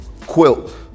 quilt